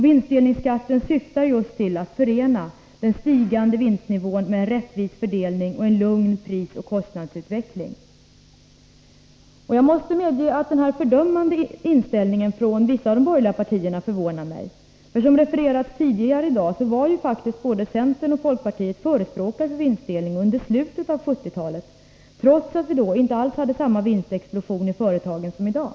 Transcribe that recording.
Vinstdelningsskatten syftar just till att förena den stigande vinstnivån med en rättvis fördelning och en lugn prisoch kostnadsutveckling. Jag måste medge att den här fördömande inställningen från vissa av de borgerliga förvånar mig. Som refererats tidigare i dag var faktiskt både centern och folkpartiet förespråkare för vinstdelning under slutet av 1970-talet, trots att vi då inte alls hade samma vinstexplosion i företagen som i dag.